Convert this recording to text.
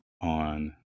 on